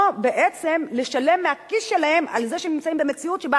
או בעצם לשלם מהכיס שלהם על זה שהם נמצאים במציאות שבה